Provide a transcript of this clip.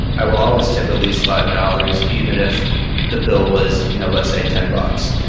i will always tip at least five dollars even if the bill was you know let's say ten bucks.